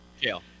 Jail